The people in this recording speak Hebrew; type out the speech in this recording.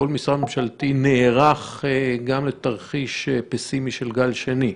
כל משרד ממשלתי, נערך גם לתרחיש פסימי של גל שני.